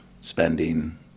spending